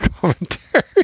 commentary